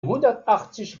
hundertachzig